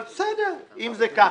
אבל בסדר, אם זה ככה,